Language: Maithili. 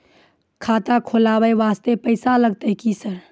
खाता खोलबाय वास्ते पैसो लगते की सर?